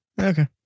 Okay